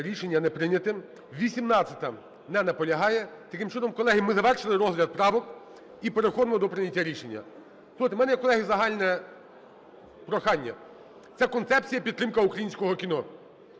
Рішення не прийняте. 18-а. Не наполягає. Таким чином, колеги, ми завершили розгляд правок і переходимо до прийняття рішення. Слухайте, в мене є, колеги, загальне прохання. Це концепція підтримки українського кіно.